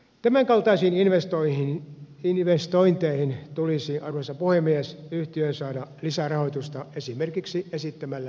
tämänkaltaisiin investointeihin tulisi arvoisa puhemies yhtiön saada lisärahoitusta esimerkiksi esittämälläni tavalla